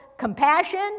compassion